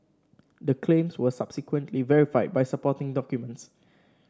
the claims were subsequently verified by supporting documents